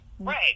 Right